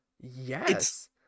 yes